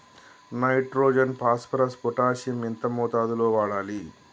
Nitrogen phosphorus potassium ఎంత మోతాదు లో వాడాలి?